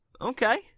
okay